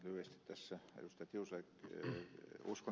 ihan lyhyesti tässä ed